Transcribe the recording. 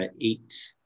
eight